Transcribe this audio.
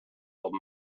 old